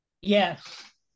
Yes